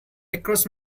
across